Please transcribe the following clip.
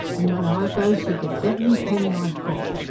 an' when i go she gits every penny i've got.